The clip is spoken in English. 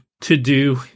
to-do